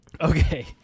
Okay